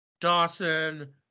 Dawson